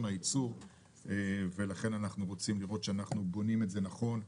הייצור ולכן אנחנו רוצים לראות שאנחנו בונים את זה נכון,